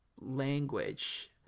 language